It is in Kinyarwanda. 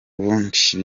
bundi